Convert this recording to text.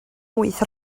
wyth